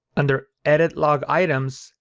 under edit log items,